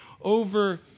over